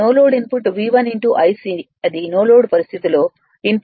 అది no load పరిస్థితిలోఇన్పుట్